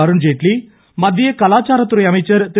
அருண்ஜேட்லி மத்திய கலாச்சாரத்துறை அமைச்சர் திரு